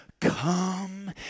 come